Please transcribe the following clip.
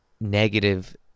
negative